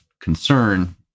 concern